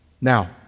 Now